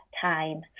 time